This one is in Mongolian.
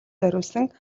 зориулсан